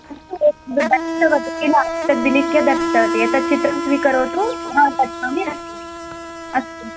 अस्तु एतद् दर्शितवती किल तद् विलिख्य दत्तवती तद् चित्रं स्वीकरोतु श्वः आगच्छामि अस्तु अस्तु